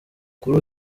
kuri